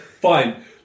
fine